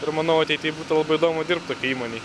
ir manau ateity būtų labai įdomu dirbt tokioj įmonėj